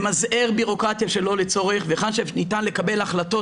למזער בירוקרטיה שלא לצורך והיכן שניתן לקבל החלטות